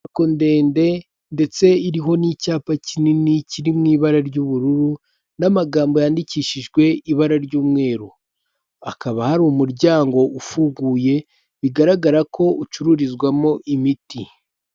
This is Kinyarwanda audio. Inyubako ndende ndetse iriho n'icyapa kinini kiri mu ibara ry'ubururu n'amagambo yandikishijwe ibara ry'umweru. Akaba hari umuryango ufunguye, bigaragara ko ucururizwamo imiti.